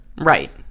right